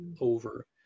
over